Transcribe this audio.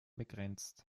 begrenzt